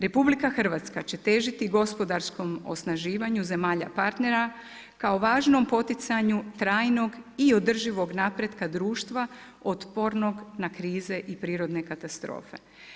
RH, će težiti gospodarskom osnaživanju zemalja partnera, kao važnom poticanju trajnog i održivog napretka društva otpornog na krize i prirodne katastrofe.